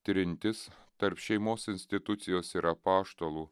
trintis tarp šeimos institucijos ir apaštalų